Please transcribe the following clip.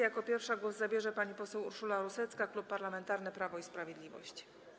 Jako pierwsza głos zabierze pani poseł Urszula Rusecka, Klub Parlamentarny Prawo i Sprawiedliwość.